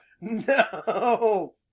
no